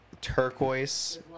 turquoise